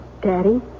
Daddy